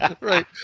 Right